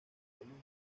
columbus